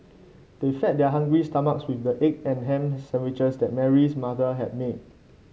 they fed their hungry stomachs with the egg and ham sandwiches that Mary's mother had made